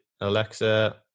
Alexa